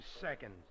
seconds